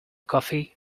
coffee